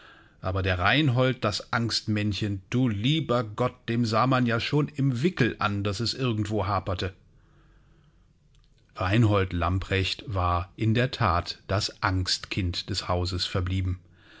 aber der reinhold das angstmännchen du lieber gott dem sah man's ja schon im wickel an daß es irgendwo haperte reinhold lamprecht war in der that das angstkind des hauses verblieben